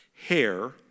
hair